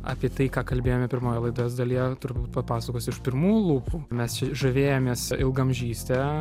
apie tai ką kalbėjome pirmoje laidos dalyje turbūt papasakos iš pirmų lūpų mes čia žavėjomės ilgaamžyste